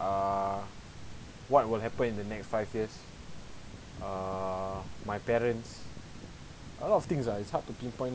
err what will happen in the next five years err my parents a lot of things ah it's hard to pinpoint